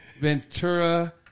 Ventura